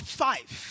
five